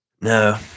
no